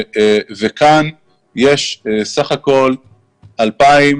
כאן יש בסך הכול 2,000